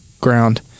ground